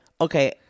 Okay